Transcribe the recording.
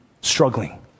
struggling